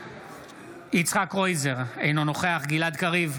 בהצבעה יצחק קרויזר, אינו נוכח גלעד קריב,